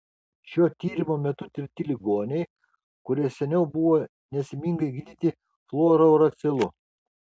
šio tyrimo metu tirti ligoniai kurie seniau buvo nesėkmingai gydyti fluorouracilu